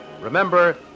Remember